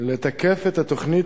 לתקף את התוכנית